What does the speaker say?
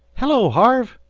hello, harve!